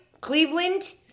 Cleveland